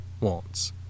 wants